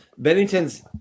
Bennington's